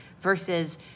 versus